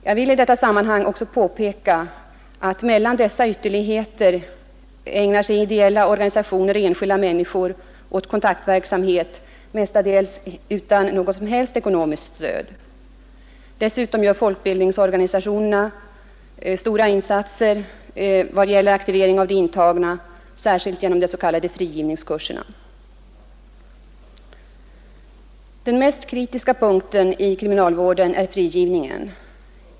Jag vill i detta sammanhang påpeka att mellan dessa ytterligheter ägnar sig ideella organisationer och enskilda människor åt kontaktverksamhet, mestadels utan något som helst ekonomiskt stöd. Dessutom gör folkbildningsorganisationerna stora insatser för aktivering av de intagna, särskilt genom de s.k. frigivningskurserna. Den mest kritiska punkten i kriminalvården är frigivningen.